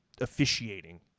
officiating